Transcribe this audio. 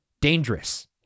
dangerous